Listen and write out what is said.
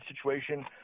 situation